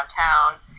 downtown